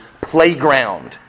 playground